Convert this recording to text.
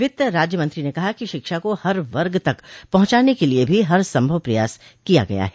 वित्त राज्य मंत्री ने कहा कि शिक्षा को हर वर्ग तक पहुंचाने के लिए भी हरसंभव प्रयास किया गया है